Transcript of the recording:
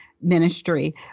ministry